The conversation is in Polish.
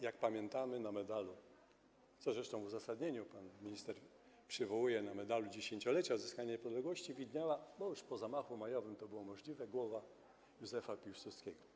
Jak pamiętamy, na medalu, co zresztą w uzasadnieniu pan minister przywołuje, 10-lecia odzyskania niepodległości widniała - już po zamachu majowym to było możliwe - głowa Józefa Piłsudskiego.